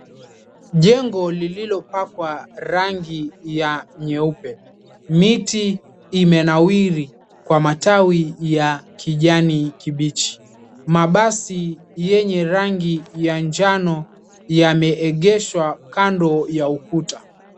Jengo lililopakwa rangi ya nyeupe. Miti imenawiri kwa matawi ya kijani kibichi. Mabasi yenye rangi ya njano yameegeshwa kando ya ukuta.